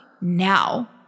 now